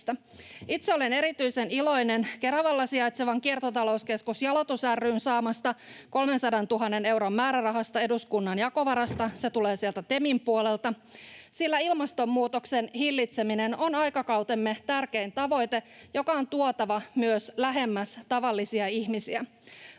Itse olen erityisen iloinen Keravalla sijaitsevan kiertotalouskeskus Jalotus ry:n saamasta 300 000 euron määrärahasta eduskunnan jakovarasta — se tulee sieltä TEMin puolelta — sillä ilmastonmuutoksen hillitseminen on aikakautemme tärkein tavoite, joka on tuotava myös lähemmäs tavallisia ihmisiä.